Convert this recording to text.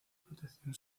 protección